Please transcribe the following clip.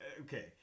okay